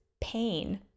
pain